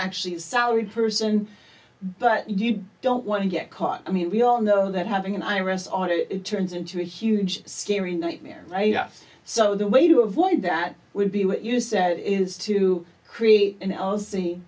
actually soured person but you don't want to get caught i mean we all know that having an iris on it it turns into a huge scary nightmare so the way to avoid that would be what you said is to create an l